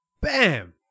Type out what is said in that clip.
Bam